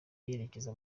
yerekeza